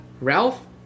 ralph